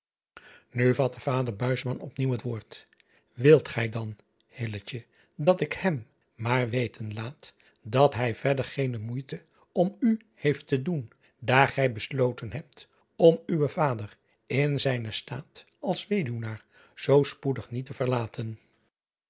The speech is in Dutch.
u vatte vader op nieuw het woord ilt gij dan dat ik hem maar driaan oosjes zn et leven van illegonda uisman weten laat dat hij verder geene moeite om u heeft te doen daar gij besloten hebt om uwen vader in zijnen staat als weduwenaar zoo spoedig niet te verlaten